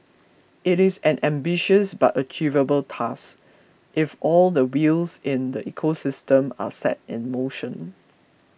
it is an ambitious but achievable task if all the wheels in the ecosystem are set in motion